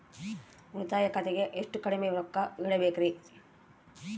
ಉಳಿತಾಯ ಖಾತೆಗೆ ಎಷ್ಟು ಕಡಿಮೆ ರೊಕ್ಕ ಇಡಬೇಕರಿ?